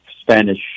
Spanish